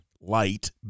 Light